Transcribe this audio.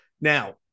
Now